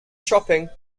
shopping